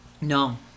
No